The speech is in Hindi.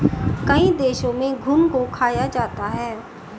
कई देशों में घुन को खाया जाता है